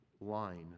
line